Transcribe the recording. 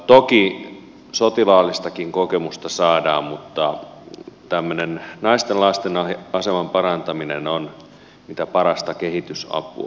toki sotilaallistakin kokemusta saadaan mutta tämmöinen naisten lasten aseman parantaminen on mitä parasta kehitysapua